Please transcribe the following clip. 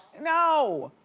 no!